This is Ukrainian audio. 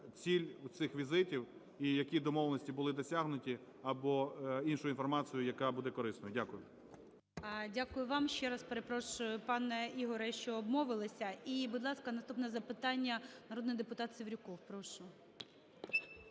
ціль цих візитів і які домовленості були досягнуті, або іншу інформацію, яка буде корисною. Дякую. ГОЛОВУЮЧИЙ. Дякую вам. Ще раз перепрошую, панеІгоре, що обмовилася. І, будь ласка, наступне запитання народний депутатСеврюков. Прошу.